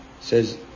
says